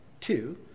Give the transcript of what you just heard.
Two